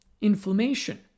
inflammation